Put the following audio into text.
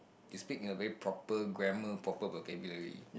you speak in a very proper grammar proper vocabulary